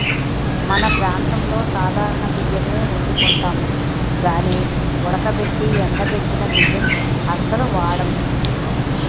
మన ప్రాంతంలో సాధారణ బియ్యమే ఒండుకుంటాం గానీ ఉడకబెట్టి ఎండబెట్టిన బియ్యం అస్సలు వాడం